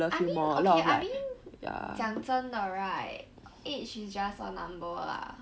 I mean okay I mean 讲真的 right age is just a number lah